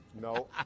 no